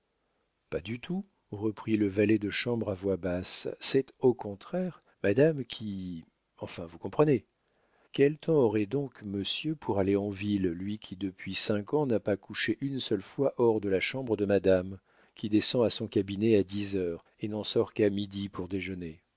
pas du tout reprit le valet de chambre à voix basse c'est au contraire madame qui enfin vous comprenez quel temps aurait donc monsieur pour aller en ville lui qui depuis cinq ans n'a pas couché une seule fois hors de la chambre de madame qui descend à son cabinet à dix heures et n'en sort qu'à midi pour déjeuner